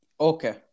Okay